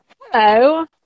hello